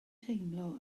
teimlo